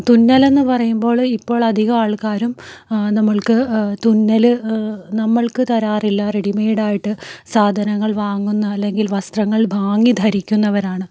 തുന്നലെന്നു പറയുമ്പോൾ ഇപ്പോൾ അധികം ആൾക്കാരും നമ്മൾക്ക് തുന്നൽ നമ്മൾക്ക് തരാറില്ല റെഡിമെയ്ഡായിട്ട് സാധനങ്ങൾ വാങ്ങുന്ന അല്ലെങ്കിൽ വസ്ത്രങ്ങൾ വാങ്ങി ധരിക്കുന്നവരാണ്